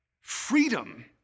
Freedom